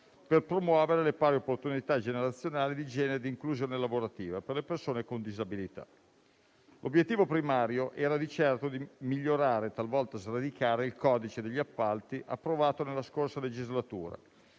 per promuovere le pari opportunità generazionali, di genere e di inclusione lavorativa per le persone con disabilità. L'obiettivo primario era di migliorare, talvolta sradicare, il codice degli appalti approvato nella scorsa legislatura,